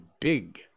big